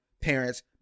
parents